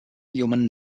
human